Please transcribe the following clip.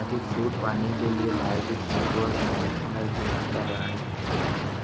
अधिक छूट पाने के लिए बायोटिक शैम्पू और कंडीशनर की मात्रा बढ़ाएँ